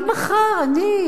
אם מחר אני,